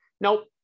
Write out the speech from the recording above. Nope